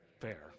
fair